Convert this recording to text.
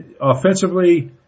offensively